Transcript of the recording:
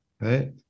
right